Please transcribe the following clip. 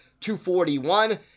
241